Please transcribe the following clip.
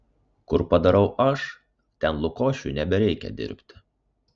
kur padarau aš ten lukošiui nebereikia dirbti